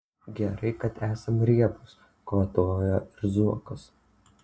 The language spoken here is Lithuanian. gerai kad esam riebūs kvatojo ir zuokas